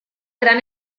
gran